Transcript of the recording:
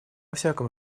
всяком